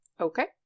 Okay